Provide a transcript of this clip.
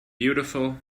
beautiful